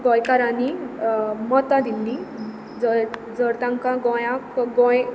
गोंयकारांनी मतां दिल्ली जंय जर तांकां गोंयाक गोंय